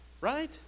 Right